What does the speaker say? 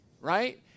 right